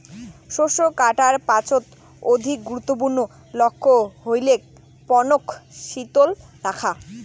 শস্য কাটার পাছত অধিক গুরুত্বপূর্ণ লক্ষ্য হইলেক পণ্যক শীতল রাখা